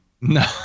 No